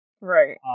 Right